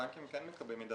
בנקים כן מקבלים.